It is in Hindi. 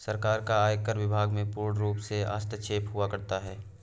सरकार का आयकर विभाग में पूर्णरूप से हस्तक्षेप हुआ करता है